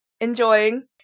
Enjoying